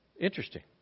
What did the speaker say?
Interesting